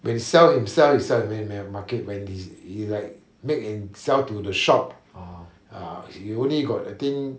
when sell himself he sell in many many market when he he like make and sell to the shop ya he only got I think